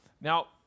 Now